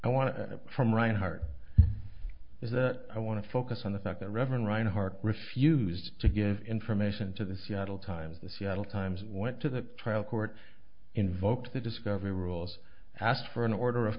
i want to from reinhart is that i want to focus on the fact that reverend wright heart refused to give information to the seattle times the seattle times went to the trial court invoked the discovery rules asked for an order of